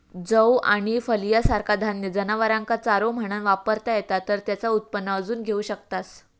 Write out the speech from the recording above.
जौ आणि फलिया सारखा धान्य जनावरांका चारो म्हणान वापरता येता तर तेचा उत्पन्न अजून घेऊ शकतास